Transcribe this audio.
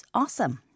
awesome